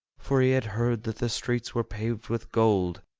for he had heard that the streets were paved with gold,